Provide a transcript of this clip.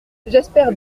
j’espère